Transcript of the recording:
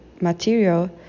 material